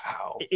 Wow